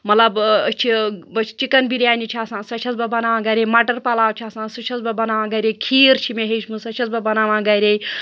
مطلب أسۍ چھِ وٕچھ چِکَن بِریانی چھِ آسان سۄ چھَس بہٕ بَناوان گَرے مَٹر پَلاو چھِ آسان سُہ چھَس بہٕ بَناوان گَرے کھیٖر چھِ مےٚ ہیٚچھمٕژ سۄ چھَس بہٕ بَناوان گَرے